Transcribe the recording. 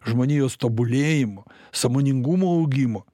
žmonijos tobulėjimo sąmoningumo augimo